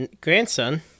grandson